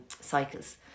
cycles